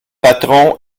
patron